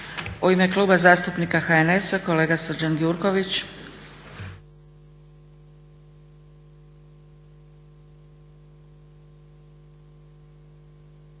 U ime Kluba zastupnika HDSSB-a kolega Boro Grubišić.